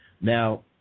Now